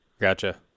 Gotcha